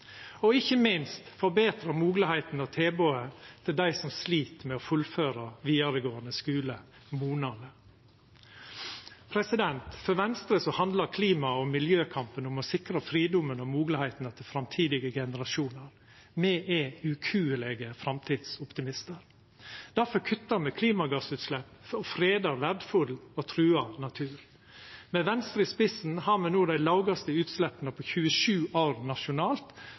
og ikkje minst monaleg betra moglegheitene og tilbodet til dei som slit med å fullføra vidaregåande skule. For Venstre handlar klima- og miljøkampen om å sikra fridomen og moglegheitene til framtidige generasjonar. Me er ukuelege framtidsoptimistar. Difor kuttar me klimagassutslepp og fredar verdfull og trua natur. Med Venstre i spissen har me no dei lågaste utsleppa på 27 år nasjonalt,